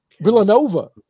Villanova